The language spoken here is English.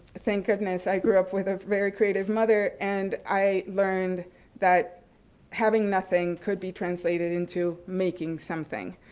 thank goodness i grew up with a very creative mother and i learned that having nothing could be translated into making something.